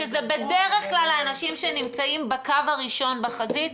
שבדרך כלל הם גם נמצאים בקו הראשון בחזית.